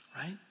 Right